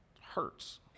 hurts